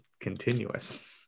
continuous